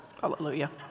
hallelujah